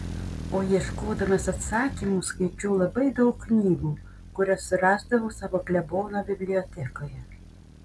o ieškodamas atsakymų skaičiau labai daug knygų kurias surasdavau savo klebono bibliotekoje